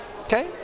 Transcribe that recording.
Okay